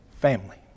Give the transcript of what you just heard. family